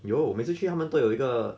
有每次去他们都有一个